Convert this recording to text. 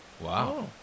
Wow